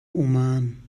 oman